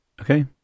Okay